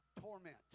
torment